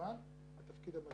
שאומרים